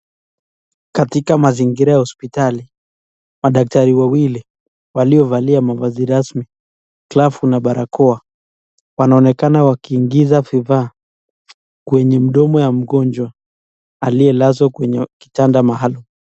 Katika mazingira ya hospitali, madakitari wawili waliovalia mavazi rasmi glavu na barakoa, wanaonekana wakiingiza vifaa, kwenye mdomo ya mgonjwa aliyelazwa kwenye kitanda maalumu.